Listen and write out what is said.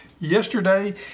yesterday